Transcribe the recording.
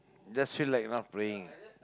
just feel like not praying